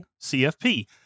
CFP